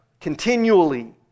Continually